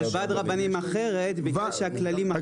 אבל ועד רבנים אחר ביקש כללים אחרים.